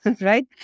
right